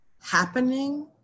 happening